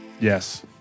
Yes